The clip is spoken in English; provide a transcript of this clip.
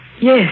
Yes